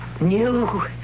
new